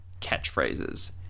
catchphrases